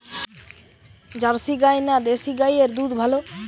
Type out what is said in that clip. Jersey গাই না দেশী গাইয়ের দুধ ভালো?